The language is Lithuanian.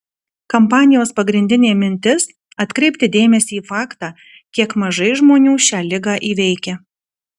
kampanijos pagrindinė mintis atkreipti dėmesį į faktą kiek mažai žmonių šią ligą įveikia